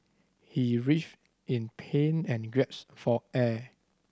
he writhed in pain and gasped for air